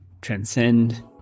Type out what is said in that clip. transcend